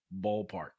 ballpark